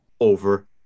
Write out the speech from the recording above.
over